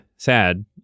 Sad